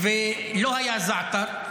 -- ולא היה זעתר.